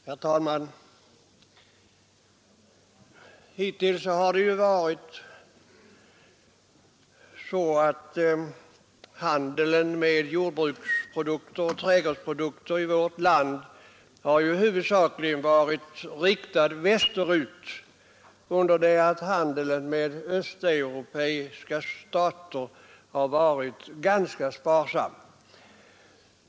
Herr talman! Hittills har den svenska handeln med jordbruksoch trädgårdsprodukter huvudsakligen varit riktad västerut, under det att handeln med östeuropeiska stater har varit ganska sparsam.